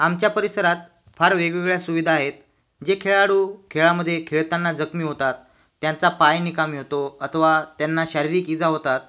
आमच्या परिसरात फार वेगवेगळ्या सुविधा आहेत जे खेळाडू खेळामध्ये खेळताना जखमी होतात त्यांचा पाय निकामी होतो अथवा त्यांना शारीरिक इजा होतात